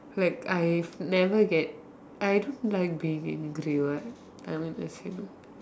like I have never get I don't like being angry what I mean as you